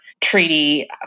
treaty